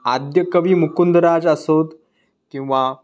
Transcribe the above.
आद्य कवी मुकुंदराज असोत किंवा